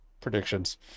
predictions